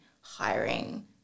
hiring